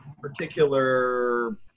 particular